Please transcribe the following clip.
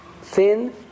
thin